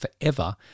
forever